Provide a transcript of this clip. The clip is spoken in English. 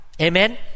Amen